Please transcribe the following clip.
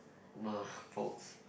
!wah! pokes